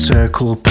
Circle